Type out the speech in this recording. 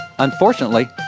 Unfortunately